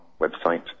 website